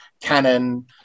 canon